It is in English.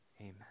Amen